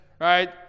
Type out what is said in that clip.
right